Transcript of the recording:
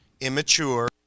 immature